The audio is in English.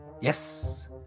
Yes